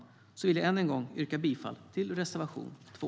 Med det vill jag än en gång yrka bifall till reservation 2.